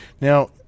Now